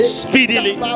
speedily